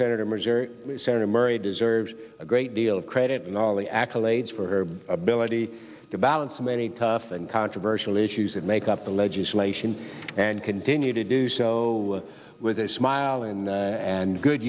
senator missouri senator murray deserves a great deal of credit and all the accolades for her ability to balance many tough and controversial issues that make up the legislation and continue to do so with a smile and and good